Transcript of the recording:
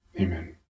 amen